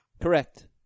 Correct